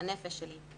הנפש שלי.